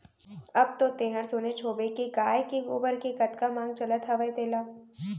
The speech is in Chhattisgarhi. अब तो तैंहर सुनेच होबे के गाय के गोबर के कतका मांग चलत हवय तेला